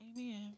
Amen